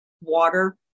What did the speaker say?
water